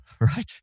right